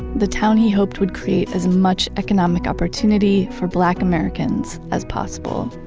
the town he hoped would create as much economic opportunity for black americans as possible